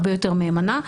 הרבה יותר מהימנה,